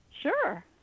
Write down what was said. Sure